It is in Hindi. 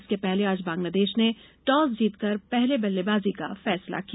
इसके पहले आज बांग्लादेश ने टॉस जीतकर पहले बल्लेबाजी का फैसला किया